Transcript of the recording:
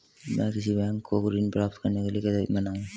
मैं किसी बैंक को ऋण प्राप्त करने के लिए कैसे मनाऊं?